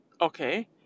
okay